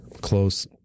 Close